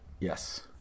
Yes